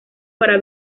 para